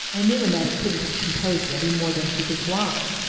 i knew annetta couldn't have composed it any more than she could fly.